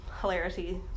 hilarity